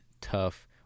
tough